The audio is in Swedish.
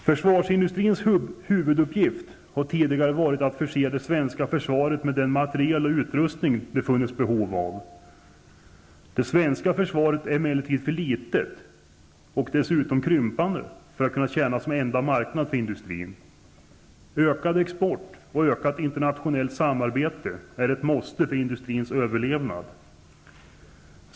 Försvarsindustrins huvuduppgift har tidigare varit att förse det svenska försvaret med den materiel och utrustning som det har funnits behov av. Det svenska försvaret är emellertid för litet -- och nu dessutom krympande -- för att kunna tjäna som en enda marknad för industrin. Ökad export och ökat internationellt samarbete är ett måste för industrins överlevnad.